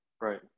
Right